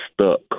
stuck